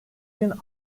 bin